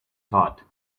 thought